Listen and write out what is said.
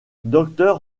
docteur